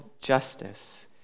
Justice